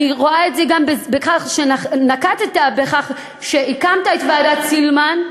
אני רואה את זה גם בכך שהקמת את ועדת סילמן.